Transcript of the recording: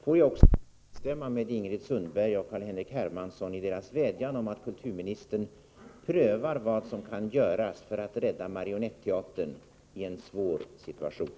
Får jag också innan jag slutar instämma med Ingrid Sundberg och Carl-Henrik Hermansson i deras vädjan om att kulturministern prövar vad som kan göras för att rädda Marionetteatern i en svår situation.